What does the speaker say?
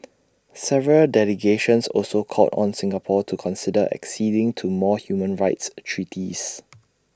several delegations also called on Singapore to consider acceding to more human rights treaties